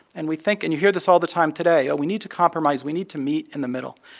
and we think and you hear this all the time today we need to compromise we need to meet in the middle.